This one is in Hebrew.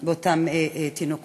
של אותם תינוקות.